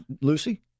Lucy